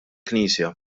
knisja